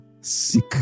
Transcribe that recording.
sick